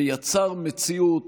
ויצר מציאות